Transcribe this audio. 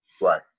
Right